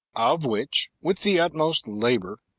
of which, with the utmost labour,